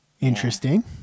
interesting